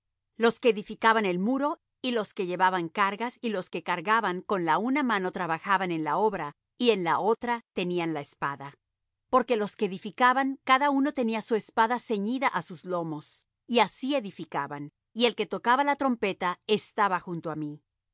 los que edificaban en el muro y los que llevaban cargas y los que cargaban con la una mano trabajaban en la obra y en la otra tenían la espada porque los que edificaban cada uno tenía su espada ceñida á sus lomos y así edificaban y el que tocaba la trompeta estaba junto á mí